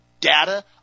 data